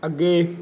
ਅੱਗੇ